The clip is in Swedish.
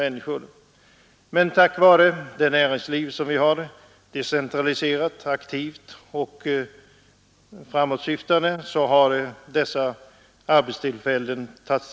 Men tack vare vårt näringsliv — decentraliserat, aktivt och framåtsyftande — har nya arbetstillfällen skapats.